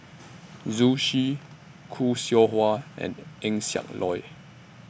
Zhu Xu Khoo Seow Hwa and Eng Siak Loy